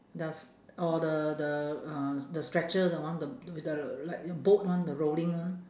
the s~ or the the uh the stretcher the one the with the like a boat one the rolling one